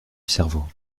cerveau